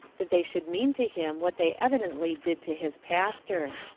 that they should mean to him what they evidently did to his pastor.